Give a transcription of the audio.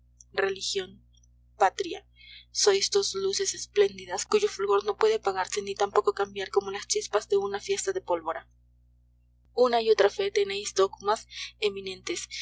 deriva religión patria sois dos luces espléndidas cuyo fulgor no puede apagarse ni tampoco cambiar como las chispas de una fiesta de pólvora una y otra fe tenéis dogmas eminentes